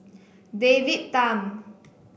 David Tham